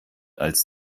als